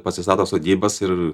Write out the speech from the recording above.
pasistato sodybas ir